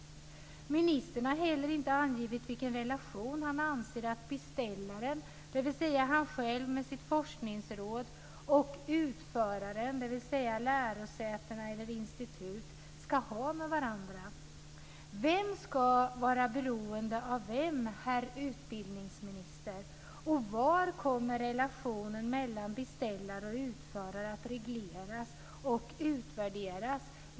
Ministern har heller inte angivit vilken relation han anser att beställaren, dvs. han själv med sitt forskningsråd, och utföraren, dvs. lärosätena eller instituten, ska ha med varandra. Vem ska vara beroende av vem, herr utbildningsminister? Var kommer relationen mellan beställare och utförare att regleras och utvärderas?